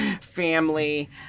family